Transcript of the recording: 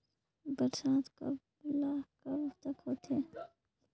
बरसात कब ल कब तक होथे?